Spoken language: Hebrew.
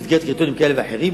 במסגרת קריטריונים כאלו ואחרים.